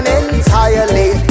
entirely